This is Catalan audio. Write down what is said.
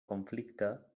conflicte